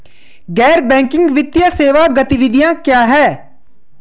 गैर बैंकिंग वित्तीय सेवा गतिविधियाँ क्या हैं?